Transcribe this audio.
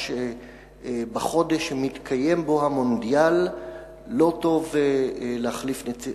בחודש שמתקיים בו המונדיאל לא טוב להחליף נציב,